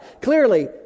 Clearly